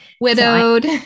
Widowed